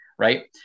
Right